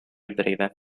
breve